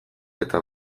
eta